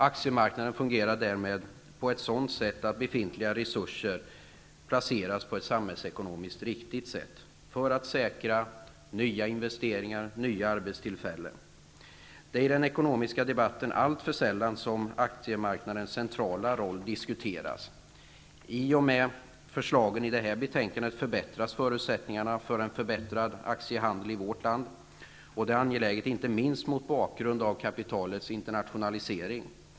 Aktiemarknaden fungerar därmed på ett sådant sätt att befintliga resurser placeras på ett samhällsekonomiskt riktigt sätt för att säkra nya investeringar och nya arbetstillfällen. I den ekonomiska debatten diskuteras alltför sällan aktiemarknadens centrala roll. I och med förslagen i detta betänkande ökar förutsättningarna för en förbättrad aktiehandel i vårt land. Detta är angeläget, inte minst mot bakgrund av kapitalets internationalisering.